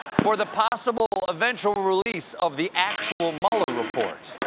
for the possible, eventual release of the actual mueller report.